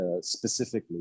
specifically